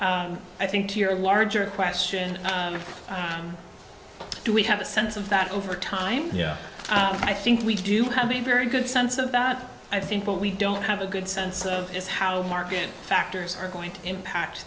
number i think to your larger question do we have a sense of that over time yeah i think we do have a very good sense of that i think but we don't have a good sense of just how market factors are going to impact